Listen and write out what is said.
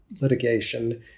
litigation